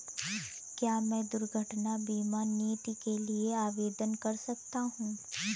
क्या मैं दुर्घटना बीमा नीति के लिए आवेदन कर सकता हूँ?